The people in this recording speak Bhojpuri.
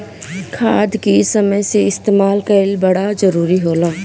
खाद के समय से इस्तेमाल कइल बड़ा जरूरी होला